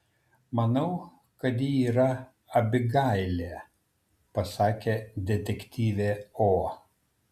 manau kad ji yra abigailė pasakė detektyvė o